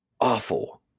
awful